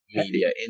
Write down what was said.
media